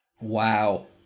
Wow